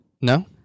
No